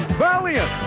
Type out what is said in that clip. Valiant